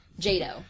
Jado